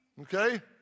Okay